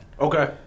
Okay